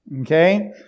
Okay